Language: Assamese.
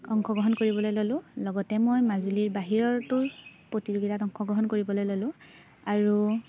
অংশগ্ৰহণ কৰিবলৈ ল'লোঁ লগতে মই মাজুলীৰ বাহিৰতো প্ৰতিযোগিতাত অংশগ্ৰহণ কৰিবলৈ ল'লোঁ আৰু